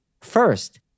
First